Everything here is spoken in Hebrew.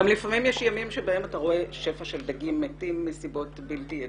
לפעמים יש גם ימים בהם אתה רואה שפע של דגים מתים מסיבות בלתי ידועות.